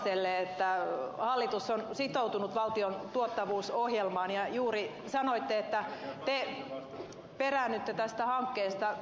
laukkaselle että hallitus on sitoutunut valtion tuottavuusohjelmaan ja juuri sanoitte että te peräännytte tästä hankkeesta